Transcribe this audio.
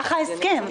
כך ההסכם.